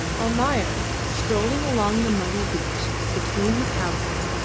almayer, strolling along the muddy beach between his houses,